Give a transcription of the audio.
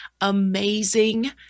amazing